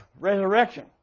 resurrection